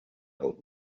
old